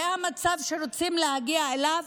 זה המצב שרוצים להגיע אליו?